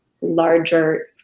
larger